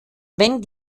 wenn